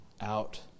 out